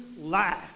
life